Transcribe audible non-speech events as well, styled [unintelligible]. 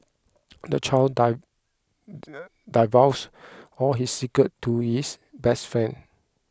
the child [unintelligible] divulged all his secrets to his best friend